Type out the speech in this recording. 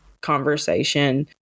conversation